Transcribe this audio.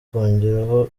kongera